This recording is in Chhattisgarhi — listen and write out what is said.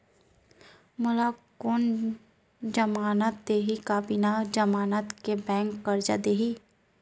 मोला कोन जमानत देहि का बिना जमानत के बैंक करजा दे दिही?